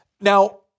Now